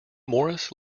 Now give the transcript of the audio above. morris